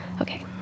Okay